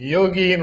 Yogi